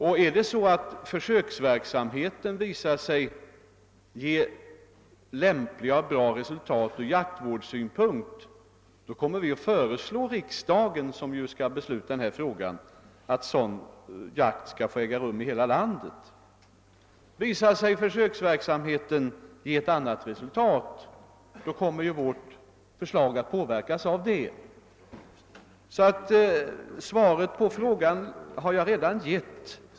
Om försöksverksamheten visar sig ge goda resultat ur jaktvårdssynpunkt, kommer vi att föreslå riksdagen — som ju skall besluta i denna fråga — att sådan jakt skall få äga rum i hela landet. Visar sig försöksverksamheten ge ett annat resultat, kommer vårt förslag att påverkas av detta. Svaret på herr Wikners fråga har jag alltså redan gett.